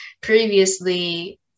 previously